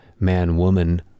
man-woman